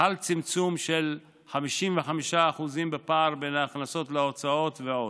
חל צמצום של 55% בפער בין ההכנסות להוצאות ועוד.